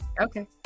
Okay